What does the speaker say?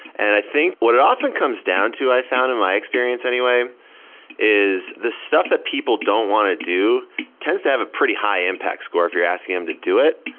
and i think what it often comes down to i found my experience anyway is the stuff that people don't want to do tends to have a pretty high impact score if you're asking them to do it.